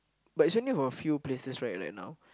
but is only for a few places right right now